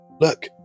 Look